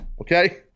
okay